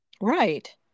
right